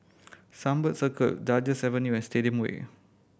Sunbird Circle Duchess Avenue and Stadium Way